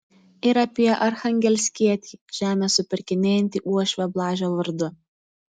ir apie archangelskietį žemę supirkinėjantį uošvio blažio vardu